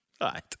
right